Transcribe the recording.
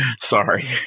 Sorry